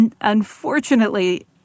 Unfortunately